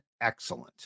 excellent